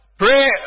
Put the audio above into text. Pray